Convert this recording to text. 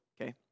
okay